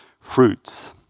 fruits